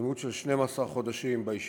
לימוד של 12 חודשים בישיבה,